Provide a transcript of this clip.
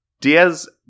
Diaz